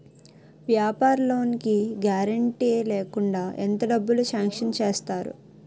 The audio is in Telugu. వ్యాపార లోన్ కి గారంటే లేకుండా ఎంత డబ్బులు సాంక్షన్ చేస్తారు?